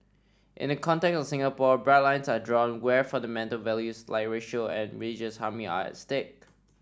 in the context of Singapore bright lines are drawn where fundamental values like racial and religious harmony are at stake